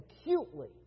acutely